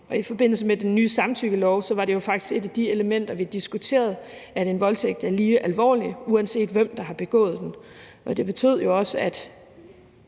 og i forbindelse med den nye samtykkelov var det jo faktisk et af de elementer, vi diskuterede, altså at voldtægter er lige alvorlige, uanset hvem der har begået den. Det betød jo også, at